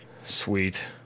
Sweet